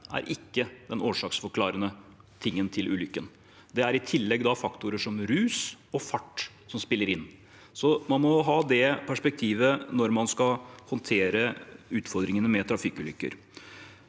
ikke er årsaksforklaringen til ulykken. Det er i tillegg faktorer som rus og fart som spiller inn. Så man må ha det perspektivet når man skal håndtere utfordringene med trafikkulykker.